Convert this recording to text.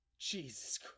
Jesus